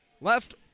Left